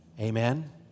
Amen